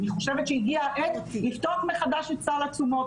אני חושבת שהגיעה העת לפתוח מחדש את סל התשומות.